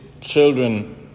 children